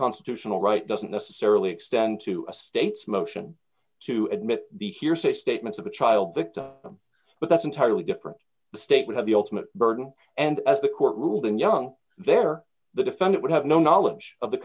constitutional right doesn't necessarily extend to a state's motion to admit the hearsay statements of a child victim but that's entirely different the state would have the ultimate burden and as the court ruled and young there the defendant would have no knowledge of the